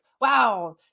wow